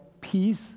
peace